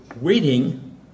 waiting